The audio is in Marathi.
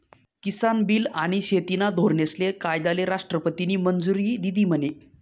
किसान बील आनी शेतीना धोरनेस्ले कायदाले राष्ट्रपतीनी मंजुरी दिधी म्हने?